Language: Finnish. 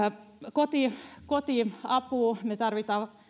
kotiapua kotiapua me tarvitsemme